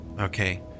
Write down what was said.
okay